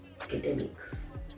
academics